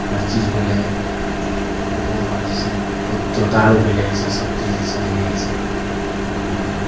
हर चीज भेलै तकर बाद जे छै तोता आओर भेलै ईसब सबचीज जे छै एहने होइ छै हँऽ